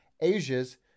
Asia's